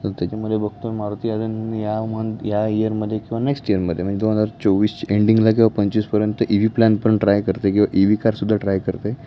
तर त्याच्यामध्ये बघतो आहे मारुती या मग या इयरमध्ये किंवा नेक्स्ट इयरमध्ये म्हणजे दोन हजार चोवीस एंडिंगला किंवा पंचवीसपर्यंत इ व्ही प्लॅन पण ट्राय करते किंवा इ व्ही कारसुद्धा ट्राय करते